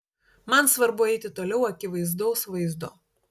man svarbu eiti toliau akivaizdaus vaizdo